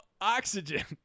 oxygen